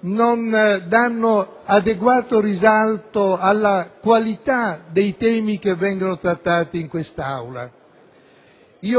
non offrono adeguato risalto alla qualità dei temi che vengono trattati in Aula.